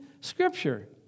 scripture